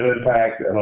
impact